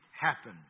happen